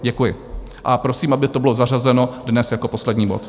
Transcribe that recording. Děkuji a prosím, aby to bylo zařazeno dnes jako poslední bod.